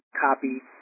copy